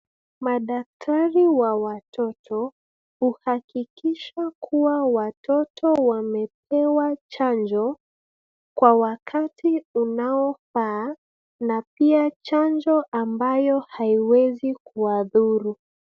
Madaktari wa watoto uhakikisha kuwa watoto wamepewa kwa wakati unaofaa na pia chanjo ambayo haiwezi kuwadhuru.